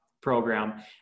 program